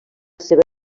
seva